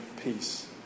peace